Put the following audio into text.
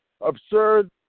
Absurd